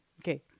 okay